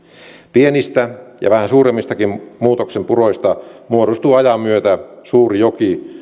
pienistä ja vähän suuremmistakin muutoksen puroista muodostuu ajan myötä suuri joki